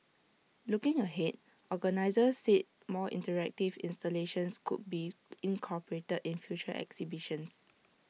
looking ahead organisers said more interactive installations could be incorporated in future exhibitions